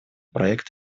проект